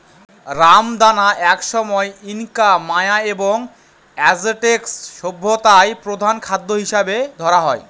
রামদানা একসময় Inca, Maya এবং অ্যাজটেক সভ্যতায় প্রধান খাদ্য হিসাবে ধরা হত